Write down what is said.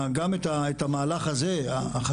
גם את המהלך הזה החשוב,